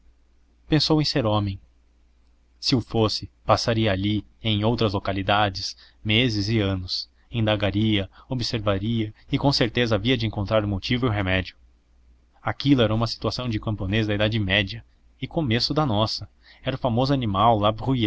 pensou em ser homem se o fosse passaria ali e em outras localidades meses e anos indagaria observaria e com certeza havia de encontrar o motivo e o remédio aquilo era uma situação do camponês da idade média e começo da nossa era o famoso animal